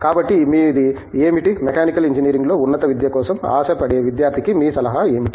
కాబట్టి మీది ఏమిటి మెకానికల్ ఇంజనీరింగ్లో ఉన్నత విద్య కోసం ఆశపడే విద్యార్థికి మీ సలహాలు ఏమిటి